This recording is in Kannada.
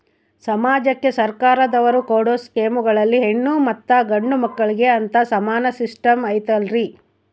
ಸಮಾಜಕ್ಕೆ ಸರ್ಕಾರದವರು ಕೊಡೊ ಸ್ಕೇಮುಗಳಲ್ಲಿ ಹೆಣ್ಣು ಮತ್ತಾ ಗಂಡು ಮಕ್ಕಳಿಗೆ ಅಂತಾ ಸಮಾನ ಸಿಸ್ಟಮ್ ಐತಲ್ರಿ?